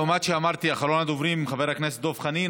למרות שאמרתי שאחרון הדוברים הוא חבר הכנסת דב חנין,